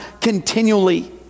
continually